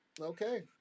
okay